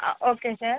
okay sir